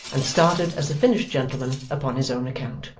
and started as a finished gentleman upon his own account.